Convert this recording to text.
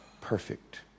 perfect